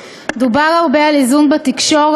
דובר הרבה על איזון בתקשורת.